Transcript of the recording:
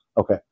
Okay